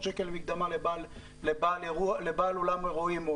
7,500 שקלים מקדמה לבעל אולם אירועים או